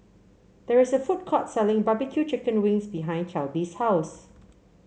there is a food court selling barbecue Chicken Wings behind Kelby's house